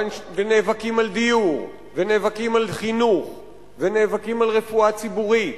והם נאבקים על דיור ונאבקים על חינוך ונאבקים על רפואה ציבורית.